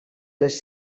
les